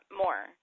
more